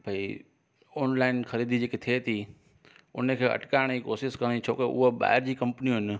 भई ऑनलाइन ख़रीदी जेके थिए थी उनखे अटकाइण जी कोशिशि करणी छोके हूअ ॿाहिरि जी कंपनियूं आहिनि